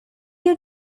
you